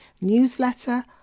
newsletter